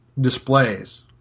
displays